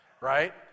right